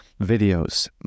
videos